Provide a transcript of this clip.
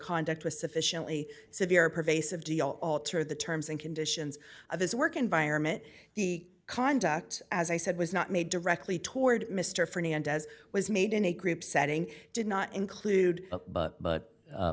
conduct was sufficiently severe pervasive deal altered the terms and conditions of his work environment the conduct as i said was not made directly toward mr fernandez was made in a group setting did not include but